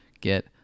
get